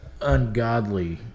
ungodly